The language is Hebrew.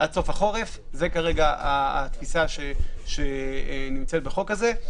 עד סוף החורף היא כרגע התפיסה שנמצאת בחוק הזה.